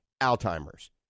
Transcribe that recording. Alzheimer's